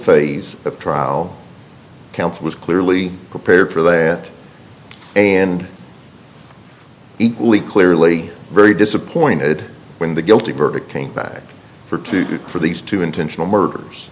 phase of trial counsel was clearly prepared for that and equally clearly very disappointed when the guilty verdict came back for two for these two intentional murders